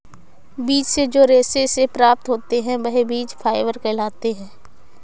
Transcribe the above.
बीज से जो रेशे से प्राप्त होते हैं वह बीज फाइबर कहलाते हैं